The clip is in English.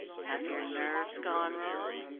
have your nerves gone wrong?